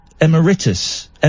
emeritus